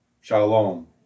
Shalom